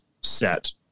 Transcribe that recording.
set